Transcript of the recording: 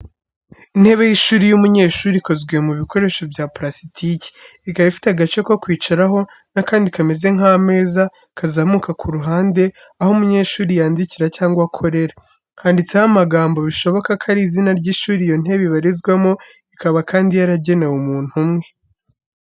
Intebe y'ishuri y'umunyeshuri, ikozwe mu bikoresho bya purasitiki, ikaba ifite agace ko kwicaraho n'akandi kameze nk'ameza kazamuka ku ruhande, aho umunyeshuri yandikira cyangwa akorera. Handitseho amagambo bishoboka ko ari izina ry'ishuri iyo ntebe ibarizwamo ikaba kandi yaragenewe umuntu umwe.